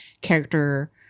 character